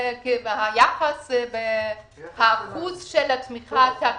זה האחוז של התמיכה התקציבית.